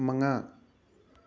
ꯃꯉꯥ